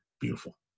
beautiful